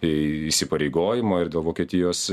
įsipareigojimo ir dėl vokietijos